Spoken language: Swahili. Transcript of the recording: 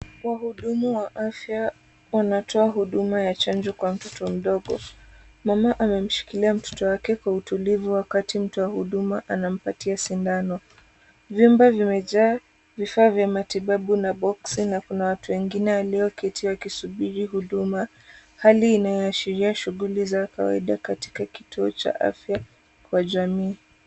Wahudumu wa afya wanatoa huduma ya chanjo kwa mtoto mdogo. Mama amemshikilia mtoto wake kwa utulivu wakati mtu wa huduma anampatia sindano. Vyumba vimejaa vifaa vya matibabu na boksi na kuna watu wengine walioketi wakisubiri huduma hali inayoashiria shughuli za kawaida katika kituo cha afya kwa jamii.